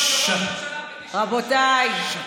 רבותיי.